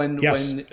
Yes